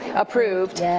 approved.